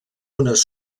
unes